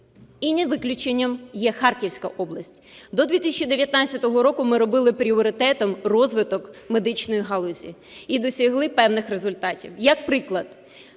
І не виключенням є Харківська область. До 2019 року ми робили пріоритетом розвиток медичної галузі і досягли певних результатів. Як приклад,